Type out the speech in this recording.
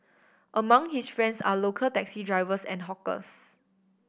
among his friends are local taxi drivers and hawkers